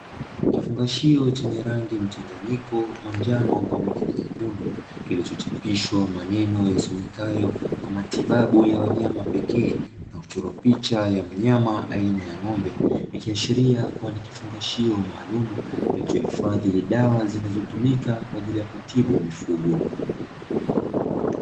Kifungashio chenye rangi mchanganyiko manjano pamoja na nyekundu kilichochapishwa maneno yasemekayo 'kwa matibabu ya wanyama pekee', na kuchorwa picha ya mnyama aina ya ng'ombe ikiashiria kuwa ni kifungashio maalumu kilichohifadhi dawa zinazotumika kwaajili ya kutibu mifugo.